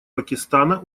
пакистана